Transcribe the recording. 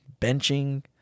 benching